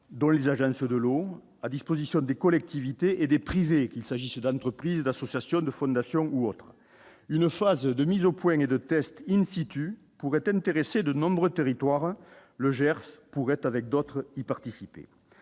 dans les agences de l'eau à disposition des collectivités et des privés et qu'il s'agissait d'entreprises, d'associations, de fondations ou autre, une phase de mise au point de tests in situ pourrait intéresser de nombreux territoires le Gers pour être avec d'autres y participer,